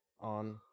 on